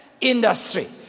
industry